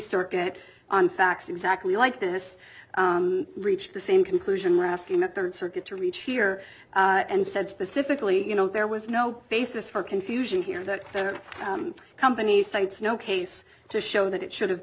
circuit on facts exactly like this reached the same conclusion when asking the third circuit to reach here and said specifically you know there was no basis for confusion here that companies states no case to show that it should have